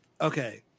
okay